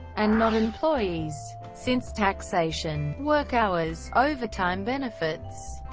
and not employees. since taxation, work hours, overtime benefits,